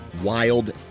Wild